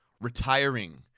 Retiring